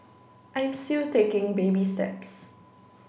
I'm still taking baby steps